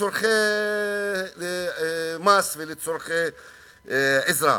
לצורכי מס ולצורכי עזרה.